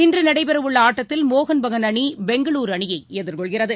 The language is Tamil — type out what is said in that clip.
இன்றுநடைபெறவுள்ளஆட்டத்தில் மோகன் பெகான் அணிபெங்களுருஅணியைஎதிர்கொள்கிறது